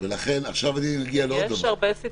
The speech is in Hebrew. או, ולכן עכשיו אני מגיע לעוד דבר.